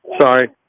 Sorry